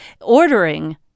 ordering